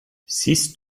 siehst